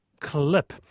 clip